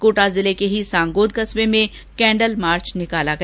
कोटा जिले के ही सांगोद कस्बे में कैंडल मार्च निकाला गया